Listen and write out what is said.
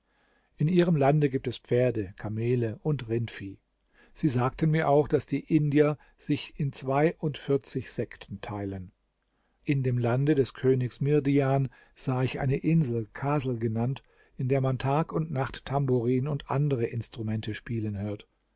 in ihrem lande gibt es pferde kamele und rindvieh sie sagten mir auch daß die indier sich in zweiundvierzig sekten teilen in dem lande des königs mihrdjan sah ich eine insel kasel genannt in der man tag und nacht tamburin und andere instrumente spielen hört